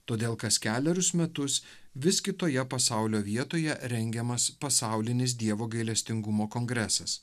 todėl kas kelerius metus vis kitoje pasaulio vietoje rengiamas pasaulinis dievo gailestingumo kongresas